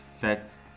That's-